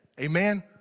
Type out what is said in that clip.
Amen